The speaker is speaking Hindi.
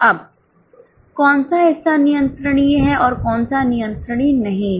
अब कौन सा हिस्सा नियंत्रणीय है और कौन सा नियंत्रणीय नहीं है